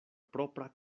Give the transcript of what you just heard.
propra